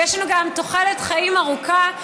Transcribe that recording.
ויש לנו גם תוחלת חיים ארוכה,